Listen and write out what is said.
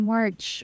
March